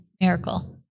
miracle